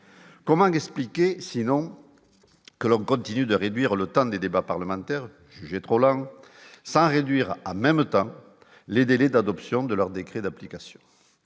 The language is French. comment expliquer sinon que l'on continue de réduire le temps des débats parlementaires, jugé trop lent ça réduire en même temps, les délais d'adoption de leur décrets d'application :